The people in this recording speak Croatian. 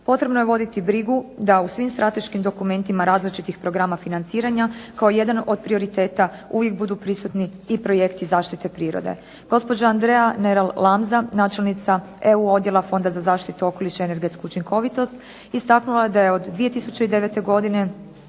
Potrebno je voditi brigu da u svim strateškim dokumentima različitih programa financiranja kao jedan od prioriteta uvijek budu prisutni i projekti zaštite prirode. Gospođa Andrea Neral Lamza, načelnica EU odjela Fonda za zaštitu okoliša i energetsku učinkovitost istaknula je da je od 2009. godine